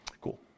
Cool